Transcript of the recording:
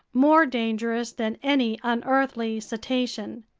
more dangerous than any unearthly cetacean!